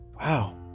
Wow